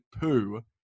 poo